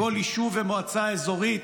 בכל יישוב ומועצה אזורית,